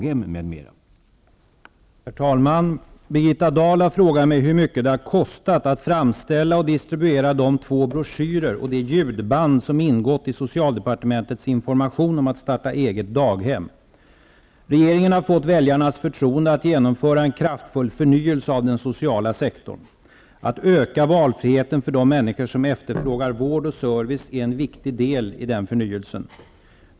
Herr talman! Birgitta Dahl har frågat mig hur mycket det har kostat att framställa och distribu era de två broschyrer och det ljudband som ingått i socialdepartementets information om att starta eget daghem. Regeringen har fått väljarnas förtroende att ge nomföra en kraftfull förnyelse av den sociala sek torn. Att öka valfriheten för de människor som ef terfrågar vård och service är en viktig del i denna förnyelse.